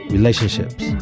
Relationships